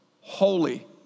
holy